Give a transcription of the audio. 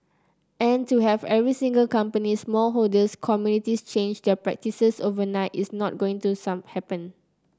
and to have every single company small holders communities change their practices overnight is not going to some happen